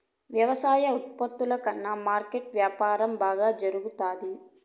వ్యవసాయ ఉత్పత్తుల కన్నా మార్కెట్ వ్యాపారం బాగా జరుగుతాది